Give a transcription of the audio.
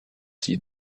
see